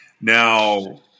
Now